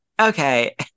okay